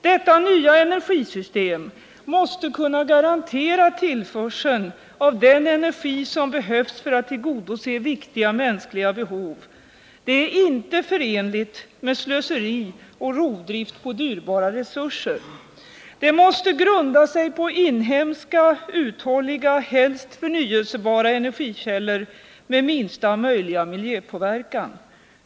Detta nya energisystem måste kunna garantera tillförseln av den energi som behövs för att tillgodose viktiga mänskliga behov — det är inte förenligt med slöseri och rovdrift på dyrbara resurser. Det måste vidare grunda sig på inhemska, uthålliga, helst förnyelsebara energikällor med minsta möjliga miljöpåverkan.